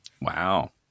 Wow